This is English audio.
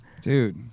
Dude